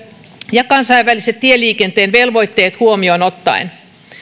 ja kansainväliset tieliikenteen velvoitteet huomioon ottaen